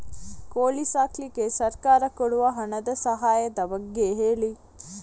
ಕೋಳಿ ಸಾಕ್ಲಿಕ್ಕೆ ಸರ್ಕಾರ ಕೊಡುವ ಹಣದ ಸಹಾಯದ ಬಗ್ಗೆ ಹೇಳಿ